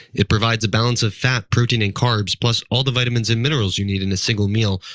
it provides a balance of fat, protein, and carbs, plus all the vitamins and minerals you need in a single meal,